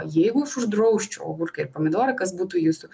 jeigu aš uždrausčiau agurką ir pomidorą kas būtų jūsų